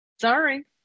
Sorry